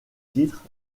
titre